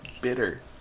bitter